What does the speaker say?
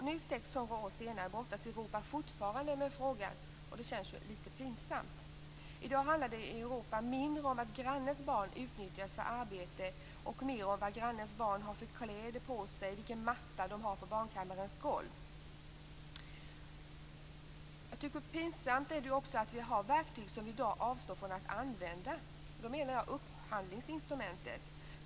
Nu 600 år senare brottas Europa fortfarande med frågan, och det känns ju lite pinsamt. I dag handlar det i Europa mindre om att grannens barn utnyttjas för arbete och mer om vad grannens barn har för kläder på sig och vilken matta de har på barnkammarens golv. Jag tycker också att det är pinsamt att vi har verktyg som vi avstår från att använda. Då menar jag upphandlingsinstrumentet.